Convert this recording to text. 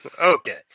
Okay